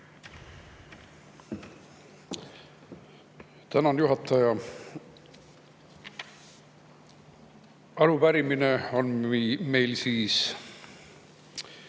Tänan, juhataja! Arupärimine on meil 13.